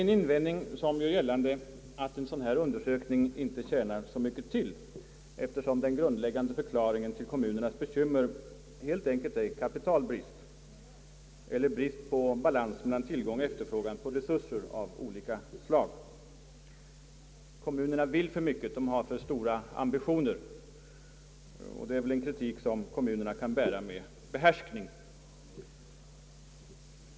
En invändning som har gjorts är att en sådan här undersökning inte tjänar så mycket till, eftersom den grundläggande förklaringen till kommunernas bekymmer helt enkelt är brist på balans mellan tillgång och efterfrågan på kapital och resurser av andra slag. Man säger att kommunerna vill för mycket och har för stora ambitioner — det är väl en kritik som kommunerna kan bära med behärskning.